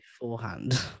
beforehand